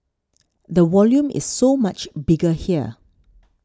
the volume is so much bigger here